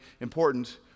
important